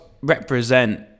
represent